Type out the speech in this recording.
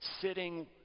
sitting